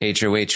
HOH